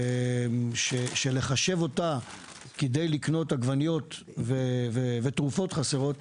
שאני מוצא חוסר הוגנות בלחשב אותה כדי לקנות עגבניות ותרופות חסרות.